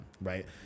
right